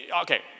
okay